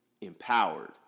empowered